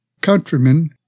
countrymen